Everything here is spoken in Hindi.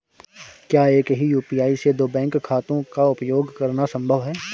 क्या एक ही यू.पी.आई से दो बैंक खातों का उपयोग करना संभव है?